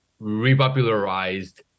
repopularized